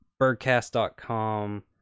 Birdcast.com